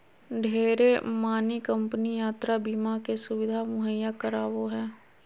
ढेरे मानी कम्पनी यात्रा बीमा के सुविधा मुहैया करावो हय